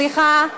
סליחה,